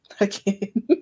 Again